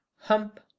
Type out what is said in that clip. hump